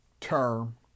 term